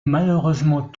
malheureusement